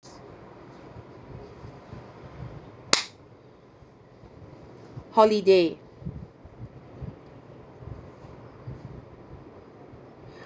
holiday